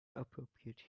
appropriate